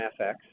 FX